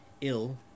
ill